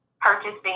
purchasing